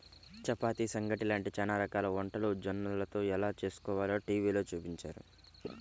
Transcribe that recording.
చపాతీ, సంగటి లాంటి చానా రకాల వంటలు జొన్నలతో ఎలా చేస్కోవాలో టీవీలో చూపించారు